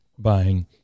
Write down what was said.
buying